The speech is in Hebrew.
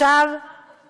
וכך או כך,